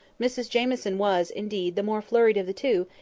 mrs jamieson was, indeed, the more flurried of the two,